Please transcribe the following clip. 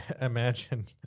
Imagine